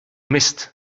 mist